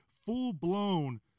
full-blown